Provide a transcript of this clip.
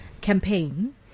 campaign